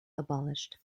abolished